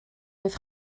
oedd